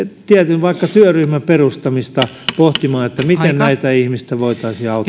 tietyn työryhmän perustamista pohtimaan miten näitä ihmisiä voitaisiin